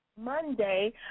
Monday